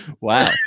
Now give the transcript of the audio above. Wow